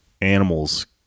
animals